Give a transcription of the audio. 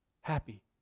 happy